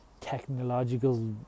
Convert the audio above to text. technological